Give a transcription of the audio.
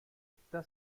está